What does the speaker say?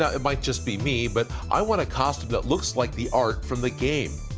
yeah it might just be me, but i want a costume that looks like the art from the game,